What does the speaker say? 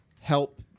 help